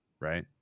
right